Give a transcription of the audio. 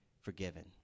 forgiven